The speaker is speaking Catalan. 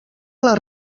les